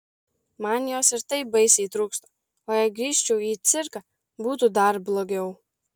man jos ir taip baisiai trūksta o jei grįžčiau į cirką būtų dar blogiau